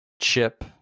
chip